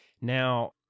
Now